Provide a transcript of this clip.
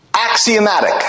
axiomatic